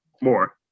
more